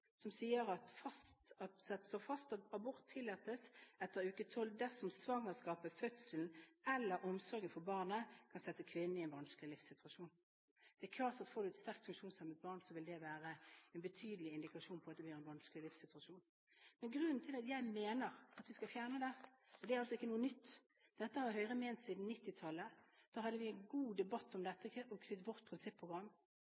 som slår fast at abort tillates etter uke tolv dersom «svangerskapet, fødselen eller omsorgen for barnet kan sette kvinnen i en vanskelig livssituasjon.» Det er klart at hvis du får et sterkt funksjonshemmet barn, vil det være en betydelig indikasjon på at det blir en vanskelig livssituasjon. Men grunnen til at jeg mener at vi skal fjerne det – og Høyre har ment dette siden 1990-tallet, da vi hadde en god debatt om